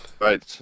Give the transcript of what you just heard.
Right